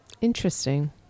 Interesting